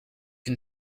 can